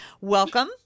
Welcome